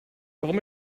warum